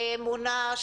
אמונה,